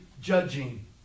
judging